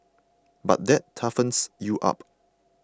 but that toughens you up